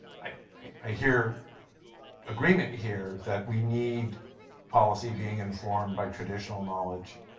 i hear agreement here, that we need policy being informed by traditional knowledge.